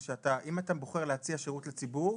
זה שאם אתה בוחר להציע שירות לציבור,